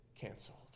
canceled